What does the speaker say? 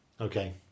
Okay